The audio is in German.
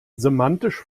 semantisch